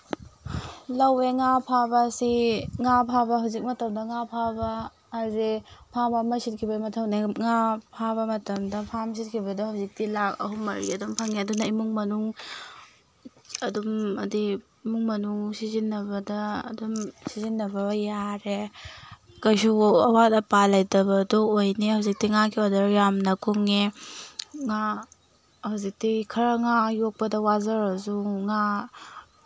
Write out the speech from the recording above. ꯂꯧꯑꯦ ꯉꯥ ꯐꯥꯕ ꯑꯁꯤ ꯉꯥ ꯐꯥꯕ ꯍꯧꯖꯤꯛ ꯃꯇꯝꯗ ꯉꯥ ꯐꯥꯕ ꯍꯥꯏꯖꯁꯦ ꯐꯥꯝ ꯑꯃ ꯁꯤꯠꯈꯤꯕꯒꯤ ꯃꯊꯧꯅꯦ ꯉꯥ ꯐꯥꯕ ꯃꯇꯝꯗ ꯐꯥꯝ ꯁꯤꯠꯈꯤꯕꯗ ꯍꯧꯖꯤꯛꯇꯤ ꯂꯥꯈ ꯑꯍꯨꯝ ꯃꯔꯤ ꯑꯍꯨꯝ ꯐꯪꯉꯦ ꯑꯗꯨꯅ ꯏꯃꯨꯡ ꯃꯅꯨꯡ ꯑꯗꯨꯝ ꯑꯗꯤ ꯏꯃꯨꯡ ꯃꯅꯨꯡ ꯁꯤꯖꯤꯟꯅꯕꯗ ꯑꯗꯨꯝ ꯁꯤꯖꯤꯟꯅꯕ ꯌꯥꯔꯦ ꯀꯩꯁꯨ ꯑꯋꯥꯠ ꯑꯄꯥ ꯂꯩꯇꯕꯗꯨ ꯑꯣꯏꯅꯤ ꯍꯧꯖꯤꯛꯇꯤ ꯉꯥꯒꯤ ꯑꯣꯔꯗꯔ ꯌꯥꯝꯅ ꯀꯨꯡꯉꯦ ꯉꯥ ꯍꯧꯖꯤꯛꯇꯤ ꯈꯔ ꯉꯥ ꯌꯣꯛꯄꯗ ꯋꯥꯖꯔꯁꯨ ꯉꯥ